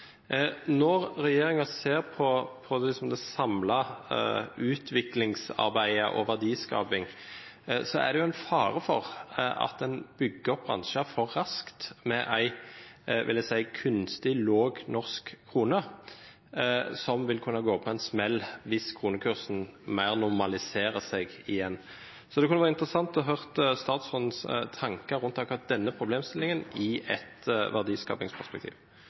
Når regjeringen ser på det samlede utviklingsarbeidet og verdiskapingen, er det fare for at en med en – jeg vil si – kunstig lav norsk krone for raskt bygger opp bransjer som vil kunne gå på en smell hvis kronekursen mer normaliserer seg igjen. Det kunne være interessant å høre om statsrådens tanker rundt akkurat denne problemstillingen i et verdiskapingsperspektiv.